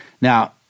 Now